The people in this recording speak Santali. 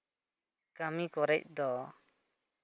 ᱠᱟᱹᱢᱤ ᱠᱚᱨᱮᱜ ᱫᱚ